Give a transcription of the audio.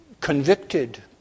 convicted